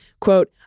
Quote